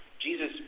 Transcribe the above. Jesus